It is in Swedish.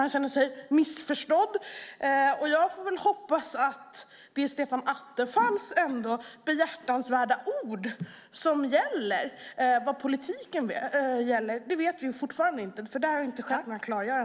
Han känner sig missförstådd. Jag får hoppas att det ändå är Stefan Attefalls behjärtansvärda ord som gäller. Vad politiken är vet vi fortfarande inte, för där har det inte skett några klargöranden.